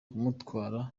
kumutwara